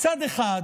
מצד אחד